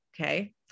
okay